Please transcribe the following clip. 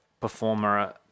performer